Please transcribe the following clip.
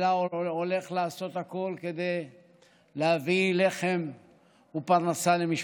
אלא הולך לעשות הכול כדי להביא לחם ופרנסה למשפחתו.